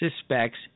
suspects